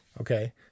Okay